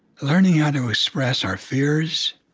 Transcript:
learning how to express our fears,